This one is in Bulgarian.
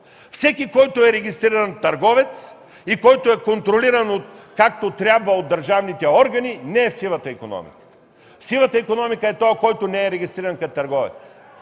Всеки, който е регистриран търговец, който е контролиран както трябва от държавните органи, не е в сивата икономика. В сивата икономика е този, който не е регистриран като търговец.